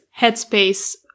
headspace